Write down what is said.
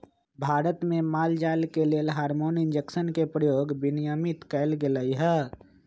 भारत में माल जाल के लेल हार्मोन इंजेक्शन के प्रयोग विनियमित कएल गेलई ह